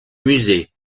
musée